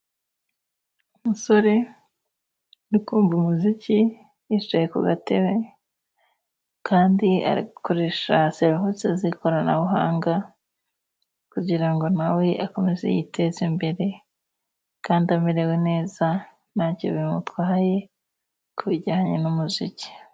Umusore ukunda umuziki yicaye ku gatebe, kandi akoresha serivisi z'ikoranabuhanga kugira nawe akomeze yiteze imbere. Kandi amerewe neza nta cyo bimutwaye ku bijyanye n'umuziki.